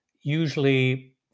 Usually